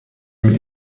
mit